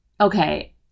okay